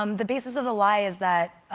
um the basis of the lie is that